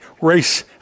race